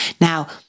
Now